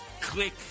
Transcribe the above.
Click